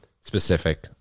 specific